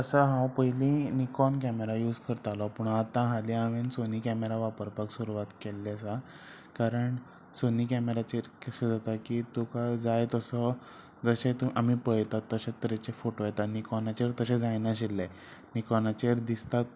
तसो हांव पयलीं निकोन कॅमेरा यूज करतालो पूण आतां हालीं हांवेन सोनी कॅमेरा वापरपाक सुरवात केल्ली आसा कारण सोनी कॅमेराचेर कशें जाता की तुका जाय तसो जशें आमी पळयतात तशे तरेचे फोटो येता निकोनाचेर तशें जायनाशिल्ले निकोनाचेर दिसतात